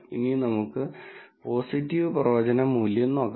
ഇനി നമുക്ക് പോസിറ്റീവ് പ്രവചന മൂല്യം നോക്കാം